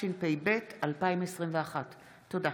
התשפ"ב 2021. תודה.